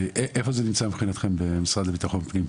אז איפה זה נמצא מבחינתכם במשרד לביטחון לאומי?